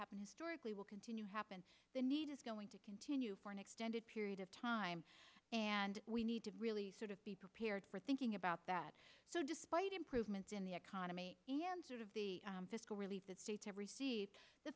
happened historically will continue happen the need is going to continue for an extended period of time and we need to really sort of be prepared for thinking about that so despite improvements in the economy and sort of the fiscal relief that states have received the